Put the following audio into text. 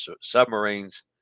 submarines